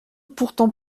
pourtant